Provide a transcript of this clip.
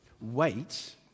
Wait